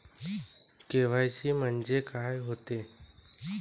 KYC म्हंनजे का होते?